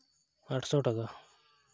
ᱟᱴᱥᱚ ᱴᱟᱠᱟ